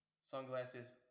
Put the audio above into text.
sunglasses